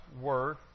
word